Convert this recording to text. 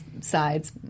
sides